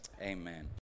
amen